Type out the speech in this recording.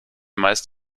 meist